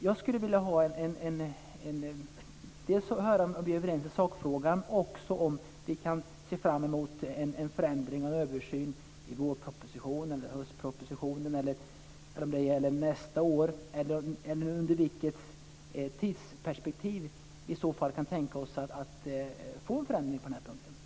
Jag skulle vilja höra om vi är överens i sakfrågan och om vi kan se fram emot en förändring och en översyn i vårpropositionen eller i höstpropositionen, om det gäller nästa år eller vilket tidsperspektiv som finns när det gäller om vi kan tänkas få en förändring på denna punkt.